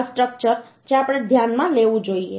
આ સ્ટ્રક્ચર જે આપણે ધ્યાનમાં લેવું જોઈએ